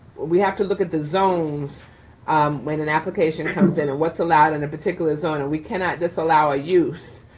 we have to look at the zones when an application comes in and what's allowed in a particular zone and we cannot just allow a use